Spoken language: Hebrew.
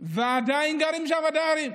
ועדיין גרים שם הדיירים.